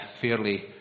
fairly